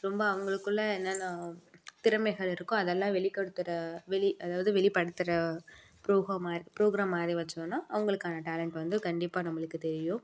ரொம்ப அவங்களுக்குள்ள என்னென்ன திறமைகள் இருக்கோ அதெல்லாம் வெளிப்படுத்துகிற அதாவது வெளிப்படுத்துகிற ப்ரோக்ராம் மாதிரி ப்ரோக்ராம் மாதிரி வைச்சோன்னா அவங்களுக்கான டேலண்ட் வந்து கண்டிப்பா நம்மளுக்கு தெரியும்